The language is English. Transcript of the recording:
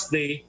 Day